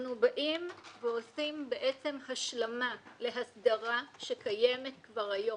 אנחנו עושים בעצם השלמה להסדרה שקיימת כבר היום.